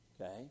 Okay